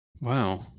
Wow